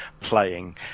playing